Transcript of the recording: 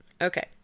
Okay